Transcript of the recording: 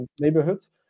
neighborhoods